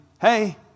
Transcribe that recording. hey